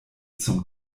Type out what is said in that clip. zum